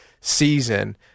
season